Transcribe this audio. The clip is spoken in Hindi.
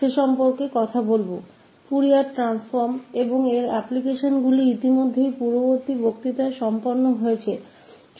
तो फूरियर रूपांतरण और इसके अनुप्रयोग पहले से ही पिछले व्याख्यानों में किए जा चुके हैं